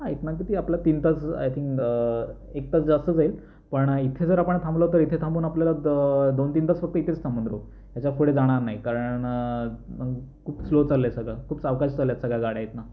हा इथनं किती आपलं तीन तास आय थिंक एक तास जास्त जाईल पण इथे जर आपण थांबलो तर इथे थांबून आपल्याला द दोनतीन तास फक्त इथेच थांबून राहू त्याच्यापुढे जाणार नाही कारण खूप स्लो चाललं आहे सगळं खूप सावकाश चालल्या आहेत सगळ्या गाड्या इथनं